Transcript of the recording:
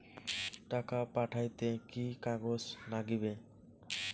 টাকা পাঠাইতে কি কাগজ নাগীবে?